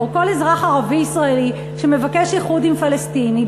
או כל אזרח ערבי ישראלי שמבקש איחוד עם פלסטיני,